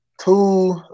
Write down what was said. two